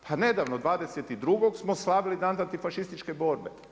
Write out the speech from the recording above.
Pa nedavno, 22. smo slavili Dan antifašističke borbe.